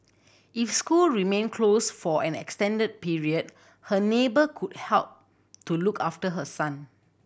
if school remain close for an extended period her neighbour could help to look after her son